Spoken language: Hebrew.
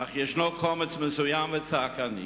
אך ישנו קומץ מסוים וצעקני,